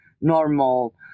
normal